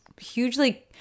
hugely